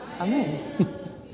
Amen